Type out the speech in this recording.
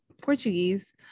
portuguese